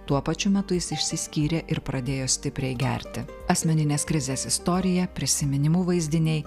tuo pačiu metu jis išsiskyrė ir pradėjo stipriai gerti asmeninės krizės istorija prisiminimų vaizdiniai